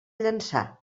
llançà